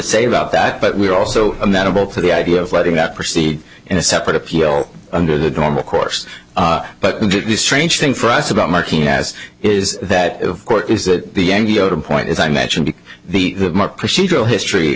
say about that but we're also amenable to the idea of letting that proceed in a separate appeal under the normal course but the strange thing for us about marking as is that of course is that the end yoder point is i mentioned the procedural history